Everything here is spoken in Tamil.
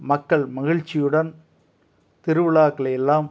மக்கள் மகிழ்ச்சியுடன் திருவிழாக்களை எல்லாம்